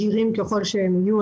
מהירים ככל שהם יהיו,